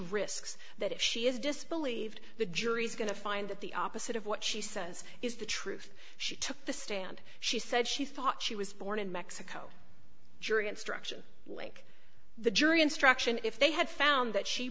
risks that if she is disbelieved the jury's going to find that the opposite of what she says is the truth she took the stand she said she thought she was born in mexico jury instruction like the jury instruction if they had found that she